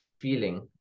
feeling